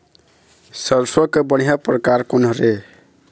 सरसों के बढ़िया परकार कोन हर ये?